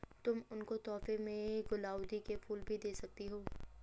तुम उनको तोहफे में गुलाउदी के फूल भी दे सकती हो